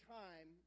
time